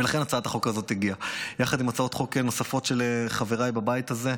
ולכן הצעת החוק הזאת הגיעה יחד עם הצעות חוק נוספות של חבריי בבית הזה,